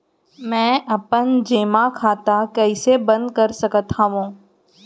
मै अपन जेमा खाता कइसे बन्द कर सकत हओं?